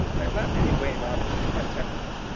i am not in any way an optimist by temperament,